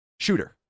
shooter